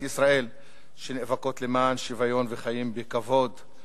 ישראל שנאבקות למען שוויון וחיים בכבוד.